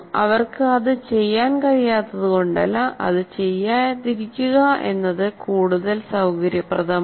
അവർക്ക് അത് ചെയ്യാൻ കഴിയാത്തതുകൊണ്ടല്ല അത് ചെയ്യാതിരിക്കുക എന്നത് കൂടുതൽ സൌകര്യപ്രദമാണ്